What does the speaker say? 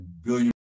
billion